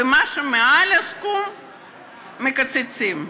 ומה שמעל הסכום מקצצים.